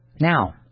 Now